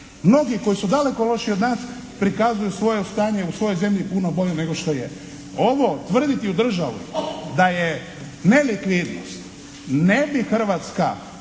mnogi koji su daleko lošiji od nas prikazuju svoje stanje u svojoj zemlji puno bolje nego što je. Ovo tvrditi u državi da je nelikvidnost ne bi Hrvatska